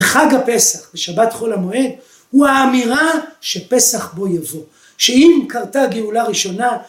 ‫בחג הפסח, בשבת חול המועד, ‫הוא האמירה שפסח בו יבוא, ‫שאם קרתה גאולה ראשונה,